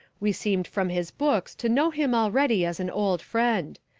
we seemed from his books to know him already as an old friend.